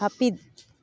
ᱦᱟᱹᱯᱤᱫ